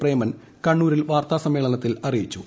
പ്രേമൻ കണ്ണൂരിൽ വാർത്താ സമ്മേളനത്തിൽ അറിയിച്ചു